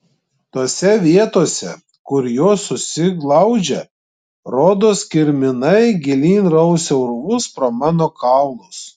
tose vietose kur jos susiglaudžia rodos kirminai gilyn rausia urvus pro mano kaulus